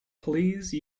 please